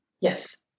Yes